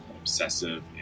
obsessive